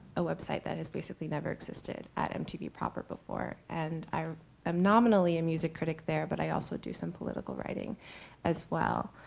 a website that has basically never existed at mtv proper before. and i am nominally a music critic there, but i also do some political writing as well.